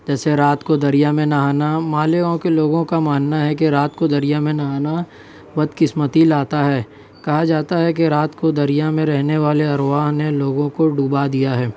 جیسے رات کو دریا میں نہانا مالیگاؤں کے لوگوں کا ماننا ہے کہ رات کو دریا میں نہانا بدقسمتی لاتا ہے کہا جاتا ہے کہ رات کو دریا میں رہنے والے ارواح نے لوگوں کو ڈبا دیا ہے